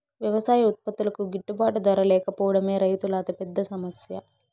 వ్యవసాయ ఉత్పత్తులకు గిట్టుబాటు ధర లేకపోవడమే రైతుల అతిపెద్ద సమస్య